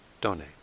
donate